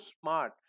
smart